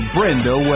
Brenda